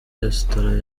resitora